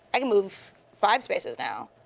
i can move five spaces now.